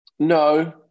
No